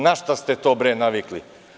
Na šta ste to bre navikli?